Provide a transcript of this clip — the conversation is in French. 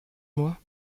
moi